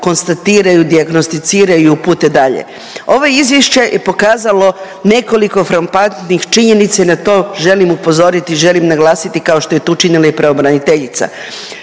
konstatiraju, dijagnosticiraju i upute dalje. Ovo izvješće je pokazalo nekoliko frapantnih činjenica i na to želim upozoriti, želim naglasiti kao što je to učinila i pravobraniteljica.